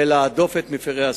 להדוף את מפירי הסדר.